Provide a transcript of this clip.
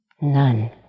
None